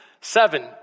Seven